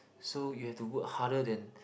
so you have to work harder than